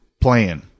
playing